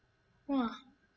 !wah!